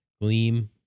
Gleam